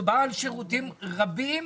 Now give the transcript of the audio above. מדובר על שירותים רבים